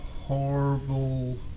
horrible